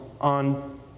on